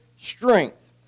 strength